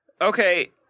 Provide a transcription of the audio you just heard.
Okay